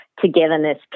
togetherness